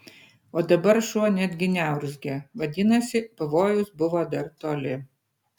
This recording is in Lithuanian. o dabar šuo netgi neurzgė vadinasi pavojus buvo dar toli